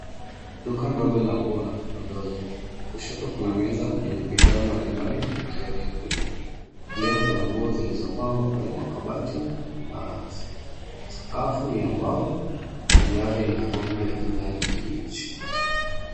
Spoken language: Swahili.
Duka ndogo la nguo na vipodozi. Kushoto kuna meza yenye bidhaa mbalimbali na kioo kikubwa. Kulia kuna nguo zilizo pangwa kwenye makabati na rack . Sakafu ni ya mbao na dhali ina rangi ya kijani kibichi.